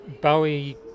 bowie